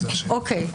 אוקיי.